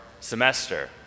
semester